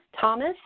Thomas